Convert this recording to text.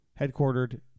headquartered